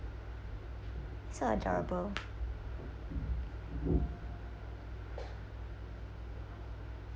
so adorable